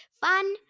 Fun